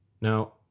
Now